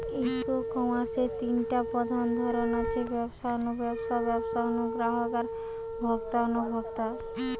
ই কমার্সের তিনটা প্রধান ধরন আছে, ব্যবসা নু ব্যবসা, ব্যবসা নু গ্রাহক আর ভোক্তা নু ভোক্তা